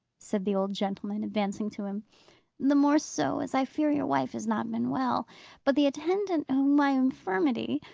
said the old gentleman, advancing to him the more so as i fear your wife has not been well but the attendant whom my infirmity,